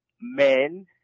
men